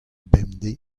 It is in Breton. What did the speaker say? bemdez